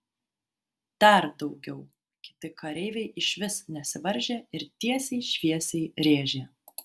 dar daugiau kiti kareiviai išvis nesivaržė ir tiesiai šviesiai rėžė